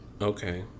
Okay